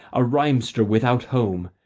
a rhymester without home,